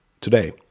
today